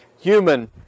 human